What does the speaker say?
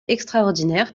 extraordinaire